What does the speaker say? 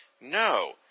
no